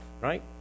right